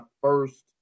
first